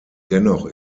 dennoch